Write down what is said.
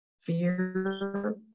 fear